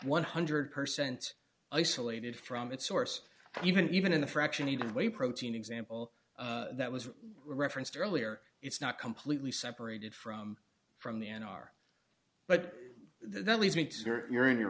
one hundred percent isolated from its source even even in a fraction even way protein example that was referenced earlier it's not completely separated from from the n r but that leads me to your in your